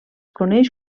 coneix